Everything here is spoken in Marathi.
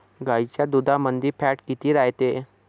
गाईच्या दुधामंदी फॅट किती रायते?